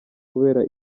kubera